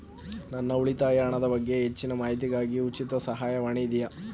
ನನ್ನ ಉಳಿತಾಯ ಹಣದ ಬಗ್ಗೆ ಹೆಚ್ಚಿನ ಮಾಹಿತಿಗಾಗಿ ಉಚಿತ ಸಹಾಯವಾಣಿ ಇದೆಯೇ?